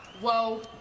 Whoa